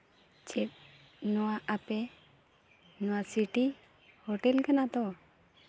ᱪᱮᱫ ᱱᱚᱣᱟ ᱟᱯᱮ ᱱᱚᱣᱟ ᱥᱤᱴᱤ ᱦᱳᱴᱮᱞ ᱠᱟᱱᱟ ᱛᱚ